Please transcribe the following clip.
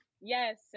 yes